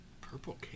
Purple